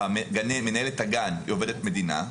מנהלת הגן היא עובדת מדינה,